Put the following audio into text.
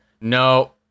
No